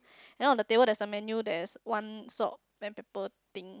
then on the table there's a menu there's one salt black pepper thing